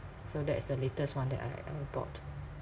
so that is the latest one that I I bought